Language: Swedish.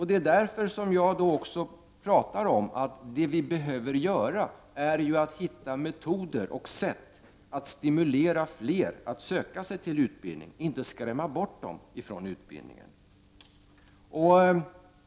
Det är också därför jag pratar om att vad vi behöver göra är att hitta metoder och sätt att stimulera fler att söka sig till utbildning, inte skrämma bort dem från utbildning.